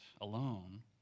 alone